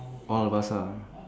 all of us ah